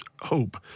hope